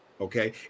okay